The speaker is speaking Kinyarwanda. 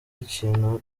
ikintu